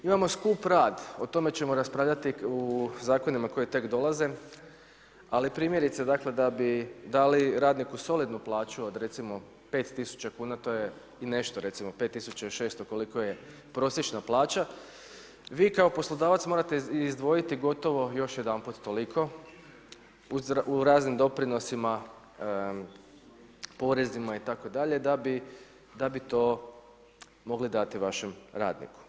Imamo skup rad, o tome ćemo raspravljati u zakonima koji tek dolaze ali primjerice dakle da bi dali radniku solidnu plaću od recimo 5000 kuna, to je i nešto, recimo 5600 koliko je prosječna plaća, vi kao poslodavac morate izdvojiti gotovo još jedanput toliko u raznim doprinosima, porezima itd. da bi to mogli dati vašem radniku.